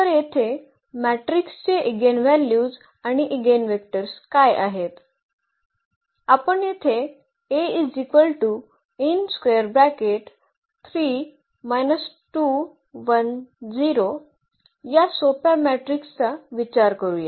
तर येथे मॅट्रिक्सचे इगेनव्हल्यूज आणि ईगेनवेक्टर्स काय आहेत आपण येथे या सोप्या मॅट्रिक्सचा विचार करूया